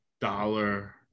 dollar